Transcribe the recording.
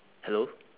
hello